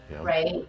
Right